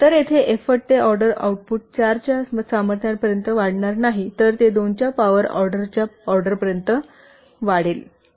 तरयेथे एफ्फोर्ट ते order output 4 च्या सामर्थ्यापर्यंत वाढणार नाही तर ते 2 च्या पॉवर ऑर्डरच्या ऑर्डरपर्यंत वाढेल